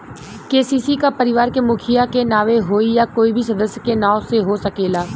KCC का परिवार के मुखिया के नावे होई या कोई भी सदस्य के नाव से हो सकेला?